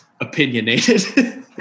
opinionated